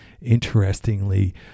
interestingly